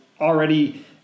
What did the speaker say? already